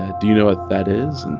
ah do you know what that is? and